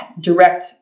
Direct